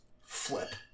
Flip